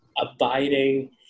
abiding